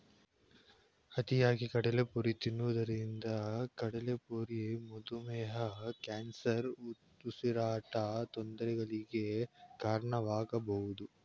ಅತಿಯಾಗಿ ಕಡಲೆಪುರಿ ತಿನ್ನೋದ್ರಿಂದ ಕಡ್ಲೆಪುರಿ ಮಧುಮೇಹ, ಕ್ಯಾನ್ಸರ್, ಉಸಿರಾಟದ ತೊಂದರೆಗಳಿಗೆ ಕಾರಣವಾಗಬೋದು